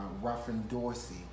Ruffin-Dorsey